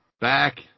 back